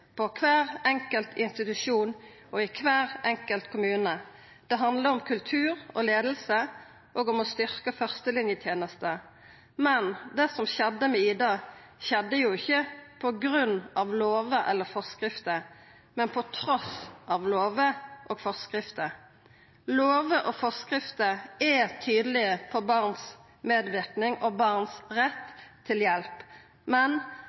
på kvar enkelt institusjon og i kvar enkelt kommune. Det handlar om kultur og leiing og om å styrkja førstelinjetenesta. Men det som skjedde med «Ida», skjedde jo ikkje på grunn av lover eller forskrifter, men trass i lover og forskrifter. Lover og forskrifter er tydelege på barns medverknad og barns rett til hjelp. Men